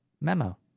memo